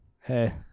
Hey